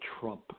Trump